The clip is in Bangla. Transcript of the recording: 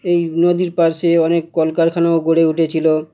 এই নদীর পাশে অনেক কলকারখানাও গড়ে উঠেছিল